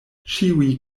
ĉiuj